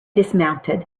dismounted